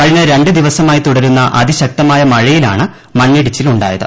കഴിഞ്ഞ രണ്ട് ദിവസമായി തുടരുന്ന അതിശ്ക്തമായ മഴയിലാണ് മണ്ണിടിച്ചിൽ ഉണ്ടായത്